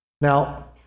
Now